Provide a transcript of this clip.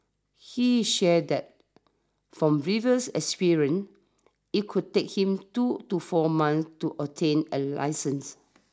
he shared that from previous experience it could take him two to four months to obtain a licence